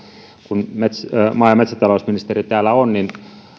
kun maa ja metsätalousministeri täällä on niin